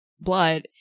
blood